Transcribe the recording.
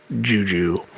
juju